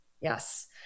yes